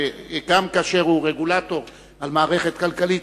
שגם כאשר הוא רגולטור על מערכת כלכלית,